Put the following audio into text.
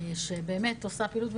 השרה שבאמת עושה פעילות,